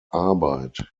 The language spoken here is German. arbeit